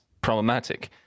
problematic